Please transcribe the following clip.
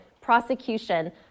prosecution